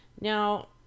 Now